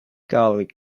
garlic